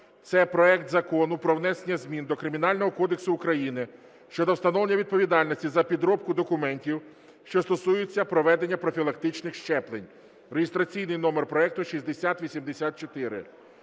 це проект Закону про внесення змін до Кримінального кодексу України щодо встановлення відповідальності за підробку документів, що стосуються проведення профілактичних щеплень (реєстраційний номер проекту 6084).